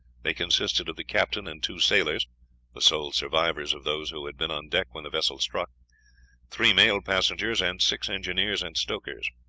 they consisted of the captain and two sailors the sole survivors of those who had been on deck when the vessel struck three male passengers, and six engineers and stokers.